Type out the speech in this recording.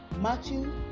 Matthew